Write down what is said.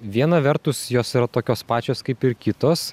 viena vertus jos yra tokios pačios kaip ir kitos